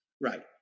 Right